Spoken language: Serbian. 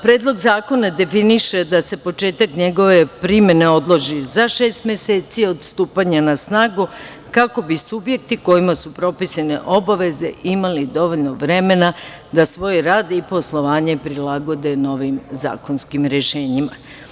Predlog zakona definiše da se početak njegove primene odloži za šest meseci od stupanja na snagu, kako bi subjekti kojima su propisane obaveze imali dovoljno vremena da svoj rad i poslovanje prilagode novim zakonskim rešenjima.